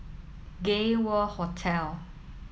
Gay World Hotel